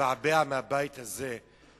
מבעבעת מהבית הזה.